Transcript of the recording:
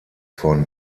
von